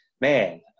man